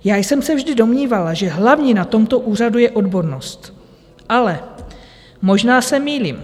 Já jsem se vždy domnívala, že hlavní na tomto úřadu je odbornost, ale možná se mýlím.